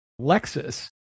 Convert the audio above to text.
Lexus